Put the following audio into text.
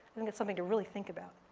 think it's something to really think about.